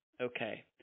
Okay